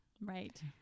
Right